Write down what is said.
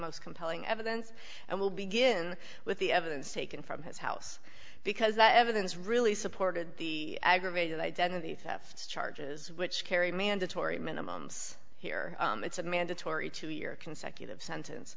most compelling evidence and will begin with the evidence taken from his house because that evidence really supported the aggravated identity theft charges which carry mandatory minimums here it's a mandatory two year consecutive sentence